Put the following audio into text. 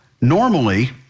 normally